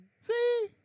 See